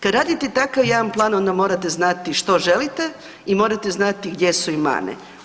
Kad radite takav jedan plan onda morate znati što želite i morate znati gdje su im mane.